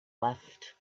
left